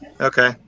Okay